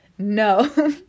no